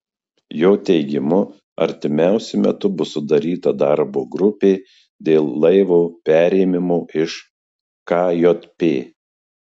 jo teigimu artimiausiu metu bus sudaryta darbo grupė dėl laivo perėmimo iš kjp